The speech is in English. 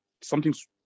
something's